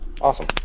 Awesome